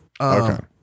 Okay